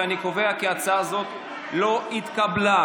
אני קובע כי ההצעה הזאת לא התקבלה.